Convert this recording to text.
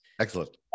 Excellent